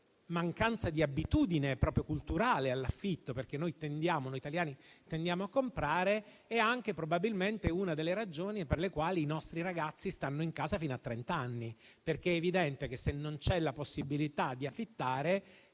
mancanza di abitudine culturale all'affitto, perché noi italiani tendiamo a comprare, è anche probabilmente una delle ragioni per le quali i nostri ragazzi stanno in casa fino a trent'anni. È evidente che se non c'è la possibilità di affittare,